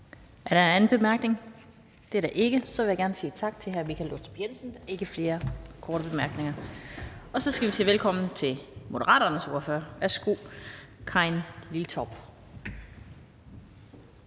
om en anden kort bemærkning? Det er der ikke. Så vil jeg gerne sige tak til hr. Michael Aastrup Jensen – der er ikke flere korte bemærkninger. Og så skal vi sige velkommen til Moderaternes ordfører. Værsgo, fru Karin Liltorp.